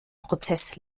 prozess